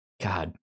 God